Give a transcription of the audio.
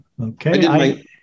Okay